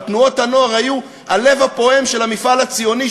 אבל תנועות הנוער היו הלב הפועם של המפעל הציוני,